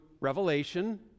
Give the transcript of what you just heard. revelation